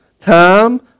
time